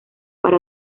para